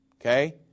Okay